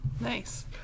Nice